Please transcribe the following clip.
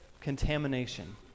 contamination